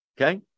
okay